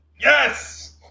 Yes